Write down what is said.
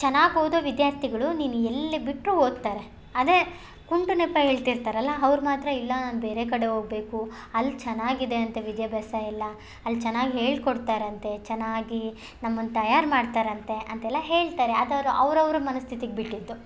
ಚೆನ್ನಾಗ್ ಓದೋ ವಿದ್ಯಾರ್ಥಿಗಳು ನೀನು ಎಲ್ಲಿ ಬಿಟ್ಟರೂ ಓದ್ತಾರೆ ಅದೇ ಕುಂಟು ನೆಪ ಹೇಳ್ತಿರ್ತಾರಲ್ಲ ಅವ್ರು ಮಾತ್ರ ಇಲ್ಲ ನಾನು ಬೇರೆ ಕಡೆ ಹೋಗ್ಬೇಕು ಅಲ್ಲಿ ಚೆನ್ನಾಗಿದೆ ಅಂತೆ ವಿದ್ಯಾಭ್ಯಾಸ ಎಲ್ಲ ಅಲ್ಲಿ ಚೆನ್ನಾಗ್ ಹೇಳಿಕೊಡ್ತಾರಂತೆ ಚೆನ್ನಾಗಿ ನಮ್ಮನ್ನು ತಯಾರು ಮಾಡ್ತಾರಂತೆ ಅಂತೆಲ್ಲ ಹೇಳ್ತಾರೆ ಅದು ಅವ್ರು ಅವರವ್ರ ಮನಸ್ಥಿತಿಗ್ ಬಿಟ್ಟಿದ್ದು